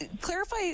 clarify